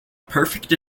perfect